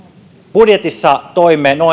budjetissa toimme